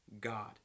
God